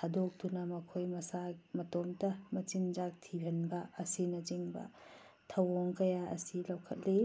ꯊꯥꯗꯣꯛꯇꯨꯅ ꯃꯈꯣꯏ ꯃꯁꯥ ꯃꯇꯣꯝꯇ ꯃꯆꯤꯜꯖꯥꯛ ꯊꯤꯍꯟꯕ ꯑꯁꯤꯅ ꯆꯤꯡꯕ ꯊꯧꯑꯣꯡ ꯀꯌꯥ ꯑꯁꯤ ꯂꯧꯈꯠꯂꯤ